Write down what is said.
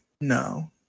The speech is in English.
No